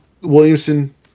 Williamson